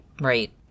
right